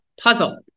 puzzle